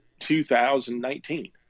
2019